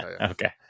Okay